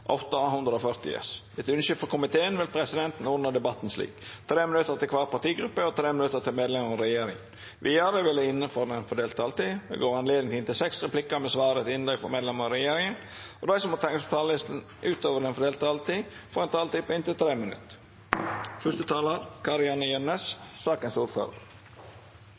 kvar partigruppe og 3 minutt til medlemer av regjeringa. Vidare vil det – innanfor den fordelte taletida – verta gjeve anledning til inntil seks replikkar med svar etter innlegg frå medlemer av regjeringa, og dei som måtte teikna seg på talarlista utover den fordelte taletida, får også ei taletid på inntil 3 minutt.